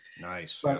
Nice